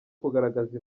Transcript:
kugaragaza